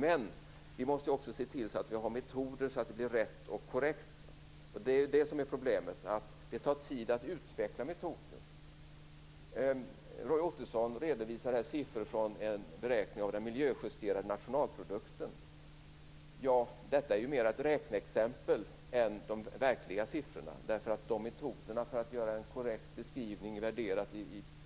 Men vi måste också se till att vi har metoder så att det blir rätt och korrekt. Det är det som är problemet. Det tar tid att utveckla metoder. Roy Ottosson redovisar siffror från beräkningar av den miljöjusterade nationalprodukten. Det är mer ett räkneexempel än verkliga siffror. Metoderna för att göra en korrekt beskrivning värderat